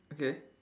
okay